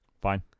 Fine